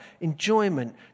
enjoyment